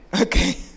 Okay